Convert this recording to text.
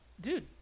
dude